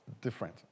different